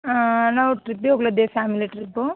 ಹಾಂ ನಾವು ಟ್ರಿಪ್ಪಿಗೆ ಹೋಗ್ಲತ್ತೇವು ಫ್ಯಾಮಿಲಿ ಟ್ರಿಪ್ಪು